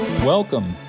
Welcome